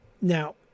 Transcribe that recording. now